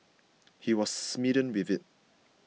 he was smitten with it